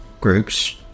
groups